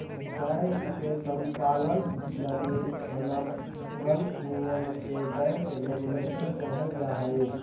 bank के संचालन लगी बनावल नियम के बैंक रेगुलेशन कहल जा हइ